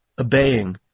obeying